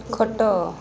ଖଟ